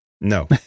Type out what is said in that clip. No